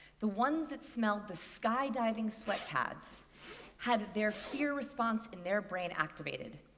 the ones that smelled the skydiving sweat pads had their fear response in their brain activated.